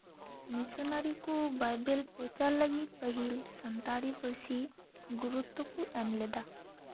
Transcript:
missionary ᱠᱚ Bible ᱯᱨᱚᱪᱟᱨ ᱞᱟᱹᱜᱤᱫ ᱯᱟᱹᱦᱤᱞ ᱥᱟᱱᱛᱟᱲᱤ ᱯᱟᱹᱨᱥᱤ ᱜᱩᱨᱩᱛᱛᱚ ᱠᱚ ᱮᱢ ᱞᱮᱫᱟ